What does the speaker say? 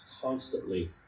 constantly